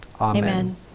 Amen